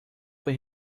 foi